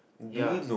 ya